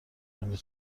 کنید